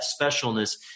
specialness